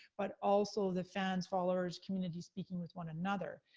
but also the fans, followers, communities speaking with one another.